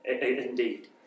Indeed